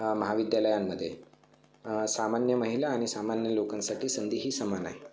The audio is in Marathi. महाविद्यालयांमध्ये सामान्य महिला आणि सामान्य लोकांसाठी संधी ही समान आहे